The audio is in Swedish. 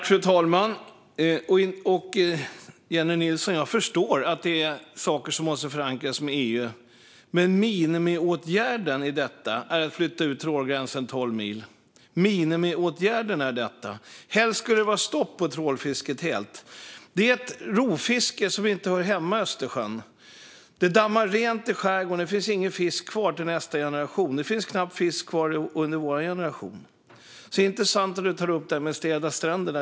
Fru talman! Jag förstår att det finns sådant som måste förankras med EU, Jennie Nilsson, men minimiåtgärden i detta är att flytta ut trålgränsen tolv mil. Helst skulle det bli stopp för trålfisket helt, för det är ett rovfiske som inte hör hemma i Östersjön. Det dammar rent i skärgården så att det inte finns någon fisk kvar till nästa generation. Det finns knappt fisk kvar under vår generation. Det är intressant att du tar upp det här med att städa stränder.